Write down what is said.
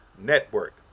Network